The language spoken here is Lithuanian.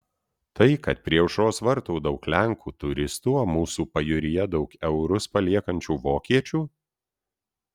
tai kad prie aušros vartų daug lenkų turistų o mūsų pajūryje daug eurus paliekančių vokiečių